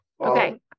Okay